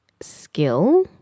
skill